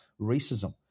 racism